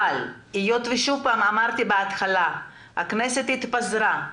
אבל היות וכפי שאמרתי בהתחלה הכנסת התפזרה,